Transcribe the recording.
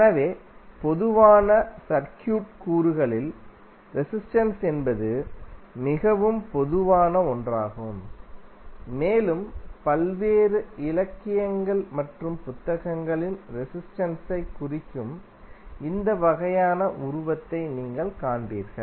எனவே பொதுவான சர்க்யூட் கூறுகளில் ரெசிஸ்டென்ஸ் என்பது மிகவும் பொதுவான ஒன்றாகும் மேலும் பல்வேறு இலக்கியங்கள் மற்றும் புத்தகங்களில் ரெசிஸ்டென்ஸைக் குறிக்கும் இந்த வகையான உருவத்தை நீங்கள் காண்பீர்கள்